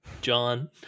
John